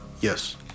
Yes